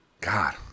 God